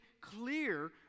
clear